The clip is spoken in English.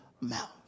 mouth